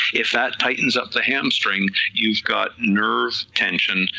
if that tightens up the hamstring, you've got nerve tension,